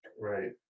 Right